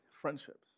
friendships